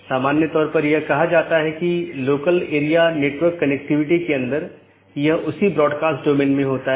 तो मुख्य रूप से ऑटॉनमस सिस्टम मल्टी होम हैं या पारगमन स्टब उन परिदृश्यों का एक विशेष मामला है